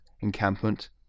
encampment